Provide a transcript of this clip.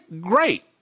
great